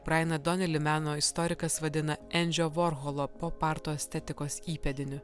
brainą donelį meno istorikas vadina endžio vorcholo poparto estetikos įpėdiniu